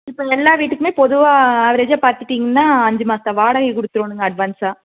இப்போ எல்லா வீட்டுக்குமே பொதுவாக ஆவ்ரேஜாக பார்த்துட்டிங்கன்னா அஞ்சு மாத வாடைகையை கொடுத்துட்றோனுங்க அட்வான்ஸாக